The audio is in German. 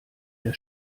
der